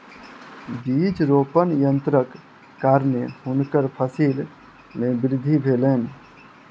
बीज रोपण यन्त्रक कारणेँ हुनकर फसिल मे वृद्धि भेलैन